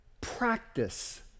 practice